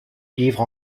livre